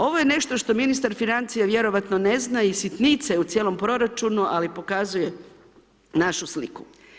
Ovo je nešto što ministar financija vjerojatno ne zna, i sitnice u cijelom proračunu, ali pokazuje našu sliku.